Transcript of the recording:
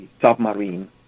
submarine